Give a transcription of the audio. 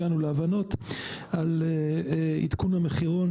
הגענו להבנות על עדכון המחירון,